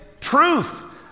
truth